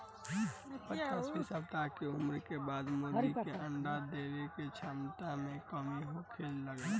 पच्चीस सप्ताह के उम्र के बाद मुर्गी के अंडा देवे के क्षमता में कमी होखे लागेला